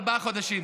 ארבעה חודשים.